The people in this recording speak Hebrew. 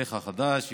בתפקידך החדש.